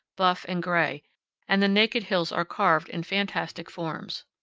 buff, and gray and the naked hills are carved in fantastic forms.